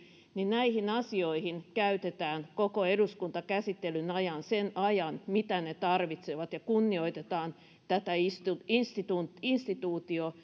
niin näihin asioihin käytetään koko eduskuntakäsittelyn ajan se aika mitä ne tarvitsevat ja kunnioitetaan tätä instituutiota instituutiota